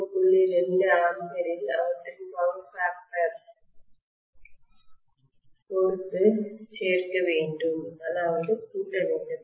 2 ஆம்பியரில் அவற்றின் பவர் ஃபேக்டர்சக்தி காரணிகளை பொறுத்து சேர்க்க வேண்டும்